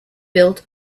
built